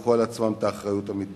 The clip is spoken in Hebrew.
וייקחו על עצמם את האחריות המתבקשת.